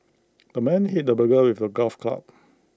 the man hit the burglar with A golf club